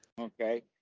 Okay